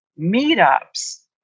meetups